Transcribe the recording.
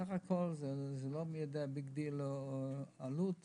בסך הכול זה לא מי יודע מה ביג-דיל או עלות גבוהה.